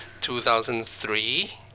2003